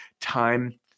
time